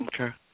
Okay